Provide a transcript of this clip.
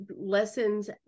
lessons